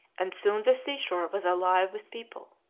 and soon the seashore was alive with people.